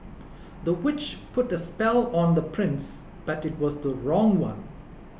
the witch put a spell on the prince but it was the wrong one